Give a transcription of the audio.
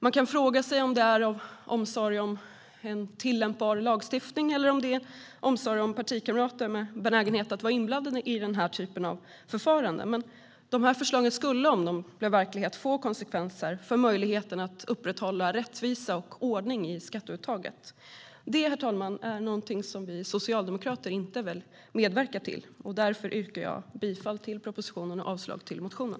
Man kan fråga sig om det är av omsorg om en tillämpbar lagstiftning eller om det är av omsorg om partikamrater med en benägenhet att vara inblandade i den typen av förfaranden. Förslagen skulle, om de blev verklighet, få konsekvenser för möjligheten att upprätthålla rättvisa och ordning i skatteuttaget. Det, herr talman, är något som vi socialdemokrater inte vill medverka till. Därför yrkar jag bifall till propositionen och avslag på motionen.